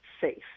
safe